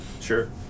Sure